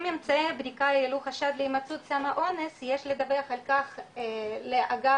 אם אמצעי הבדיקה העלו חשד להימצאות סם האונס יש לדווח על כך לאגף